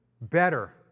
Better